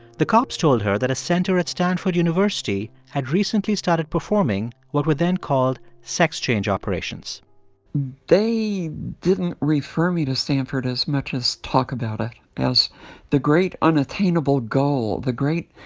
the cops told her that a center at stanford university had recently started performing what were then called sex change operations they didn't refer me to stanford as much as talk about it as the great, unattainable goal the great,